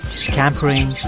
scampering,